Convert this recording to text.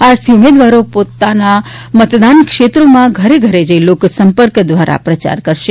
આજથી ઉમેદવારો પોતાના મતદાન ક્ષેત્રોમાં ઘરે ઘરે જઈ લોકસંપર્ક દ્વારા પ્રચાર કરશે